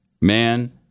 Man